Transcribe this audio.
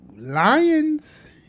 Lions